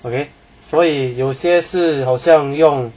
okay 所以有些事好像用